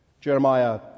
Jeremiah